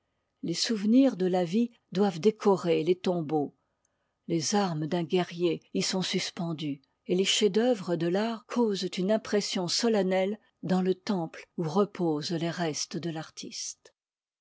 les souvenirs de la vie doivent décorer les tombeaux les armes d'un guerrier y sont suspendues et les chefs-d'œuvre de l'art causent une impression solennelle dans le temple où reposent les restes de l'artiste